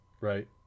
right